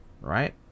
right